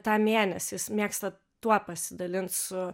tą mėnesį jis mėgsta tuo pasidalint su